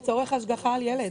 לצורך השגחה על ילד.